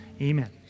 Amen